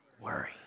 worry